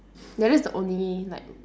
ya that's the only like